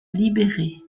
libérer